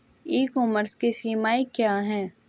ई commerce की सीमाएं क्या हैं?